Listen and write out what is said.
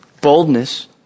boldness